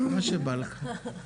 מה שבא לך.